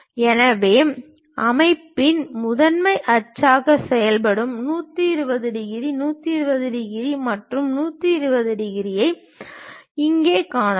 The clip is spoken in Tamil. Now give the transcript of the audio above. எனவே அமைப்பின் முதன்மை அச்சாக செயல்படும் 120 டிகிரி 120 டிகிரி மற்றும் 120 டிகிரிகளை இங்கே காணலாம்